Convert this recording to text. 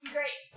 Great